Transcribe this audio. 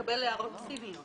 אנחנו נקבל הערות ציניות.